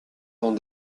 vents